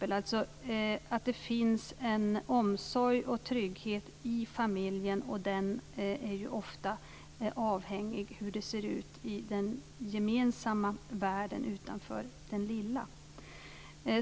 Det börjar också med att det finns en omsorg och trygghet i familjen, och den är ju ofta avhängig av hur det ser ut i den gemensamma världen utanför den lilla.